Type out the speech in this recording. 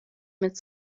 mit